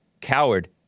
coward